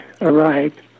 arrived